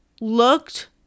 looked